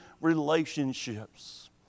relationships